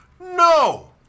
No